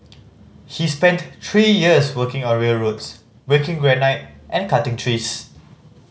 he spent three years working on railroads breaking granite and cutting trees